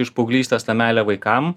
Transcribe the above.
iš paauglystės ta meilė vaikam